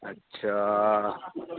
अच्छा